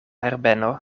herbeno